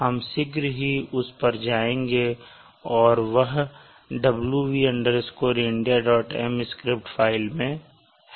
हम शीघ्र ही उस पर जाएँगे और वह wv Indianm स्क्रिप्ट फ़ाइल में है